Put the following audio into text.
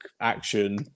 action